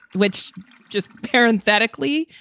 which just parenthetically,